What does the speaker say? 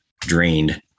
drained